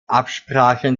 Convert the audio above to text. absprachen